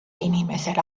inimesele